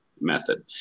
method